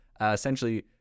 essentially